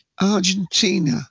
Argentina